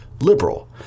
liberal